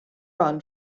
run